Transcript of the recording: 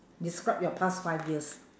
describe your past five years